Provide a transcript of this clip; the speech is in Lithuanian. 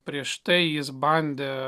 prieš tai jis bandė